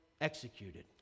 executed